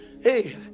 hey